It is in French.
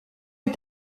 est